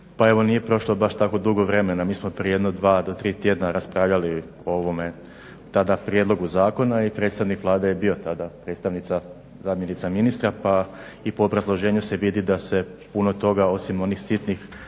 Pa evo nije prošlo baš tako dugo vremena. Mi smo prije jedno dva do tri tjedna raspravljali o ovome tada prijedlogu zakona i predstavnik Vlade je bio tada, predstavnica zamjenica ministra pa i po obrazloženju se vidi da se puno toga osim onih sitnih